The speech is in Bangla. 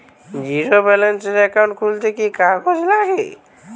জীরো ব্যালেন্সের একাউন্ট খুলতে কি কি কাগজ লাগবে?